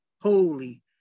holy